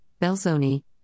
Belzoni